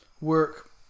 Work